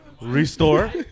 Restore